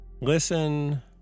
Listen